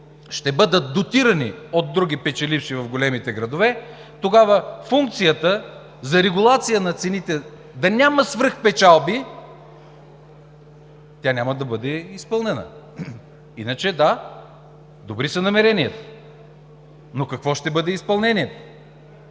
ще бъдат дотирани от други печеливши в големите градове, тогава функцията за регулация на цените да няма свръхпечалби, няма да бъде изпълнена. Иначе – да, добри са намеренията, но какво ще бъде изпълнението?